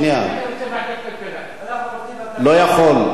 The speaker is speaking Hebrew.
לא יכול.